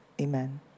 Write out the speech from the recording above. Amen